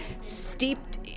steeped